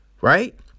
Right